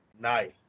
Nice